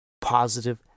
positive